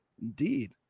Indeed